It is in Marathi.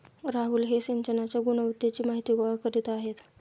राहुल हे सिंचनाच्या गुणवत्तेची माहिती गोळा करीत आहेत